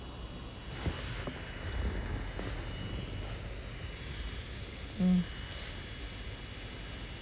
mm